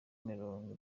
mirongo